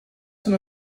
soon